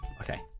Okay